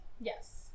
yes